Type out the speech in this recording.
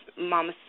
Mama